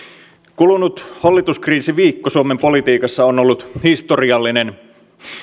kulunut hallituskriisiviikko suomen politiikassa on ollut historiallinen